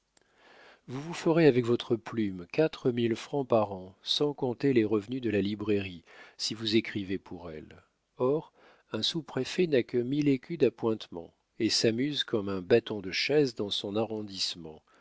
vous vous ferez avec votre plume quatre mille francs par an sans compter les revenus de la librairie si vous écrivez pour elle or un sous-préfet n'a que mille écus d'appointements et s'amuse comme un bâton de chaise dans son arrondissement